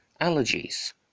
allergies